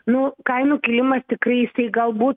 nu kainų kilimas tikrai jisai galbūt